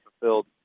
fulfilled